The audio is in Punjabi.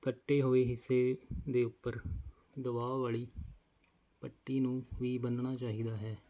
ਕੱਟੇ ਹੋਏ ਹਿੱਸੇ ਦੇ ਉੱਪਰ ਗਵਾਹ ਵਾਲੀ ਪੱਟੀ ਨੂੰ ਵੀ ਬੰਨਣਾ ਚਾਹੀਦਾ ਹੈ